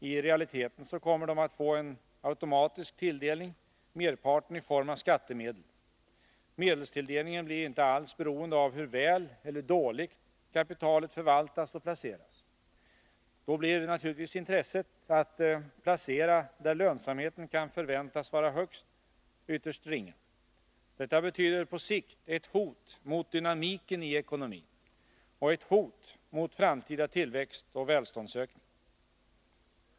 I realiteten kommer de att få en automatisk tilldelning, merparten i form av skattemedel. Medelstilldelningen blir inte alls beroende av hur väl eller dåligt kapitalet förvaltas och placeras. Då blir naturligtvis intresset av att placera, där lönsamheten kan förväntas vara högst, ytterst ringa. Detta betyder på sikt ett hot mot dynamiken i ekonomin och ett hot mot framtida tillväxt och välståndsökning.